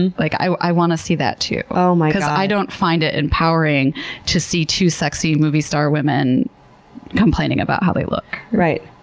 and like, i i want to see that too. oh my god. because i don't find it empowering to see two sexy movie star women complaining about how they look. right.